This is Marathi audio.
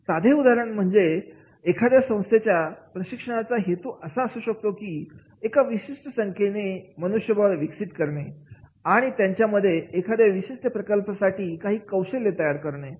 साधे उदाहरण म्हणजे एखाद्या संस्थेच्या प्रशिक्षणाचा हेतू असा असू शकतो की एक विशिष्ट संख्येने मनुष्यबळ विकास करणे आणि त्यांच्या मध्ये एखाद्या विशिष्ट प्रकल्पासाठी काही कौशल्य तयार करणे